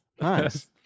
Nice